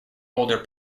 older